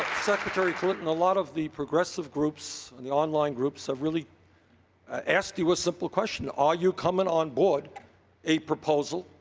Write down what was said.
secretary clinton, a lot of the progressive groups, and the online groups have really asked you a simple question. are you coming onboard a proposal?